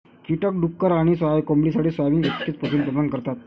कीटक डुक्कर आणि कोंबडीसाठी सोयाबीन इतकेच प्रोटीन प्रदान करतात